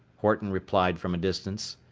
horton replied from a distance.